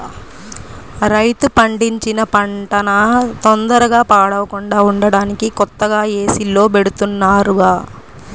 రైతు పండించిన పంటన తొందరగా పాడవకుండా ఉంటానికి కొత్తగా ఏసీల్లో బెడతన్నారుగా